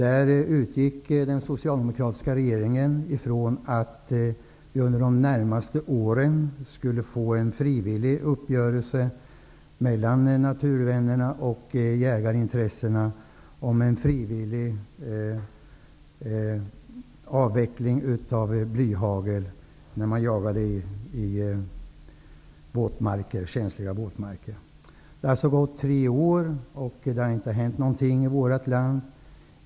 Där utgick den socialdemokratiska regeringen från att det under de närmaste åren skulle bli en frivillig uppgörelse mellan naturvännerna och jägarintressena om en avveckling av användandet av blyhagel vid jakt i känsliga våtmarker. Nu har det alltså gått tre år, och det har inte hänt något i vårt land.